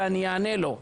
ואני אענה לו.